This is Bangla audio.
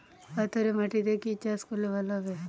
পাথরে মাটিতে কি চাষ করলে ভালো হবে?